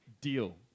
Deal